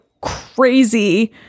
crazy